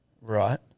right